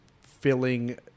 filling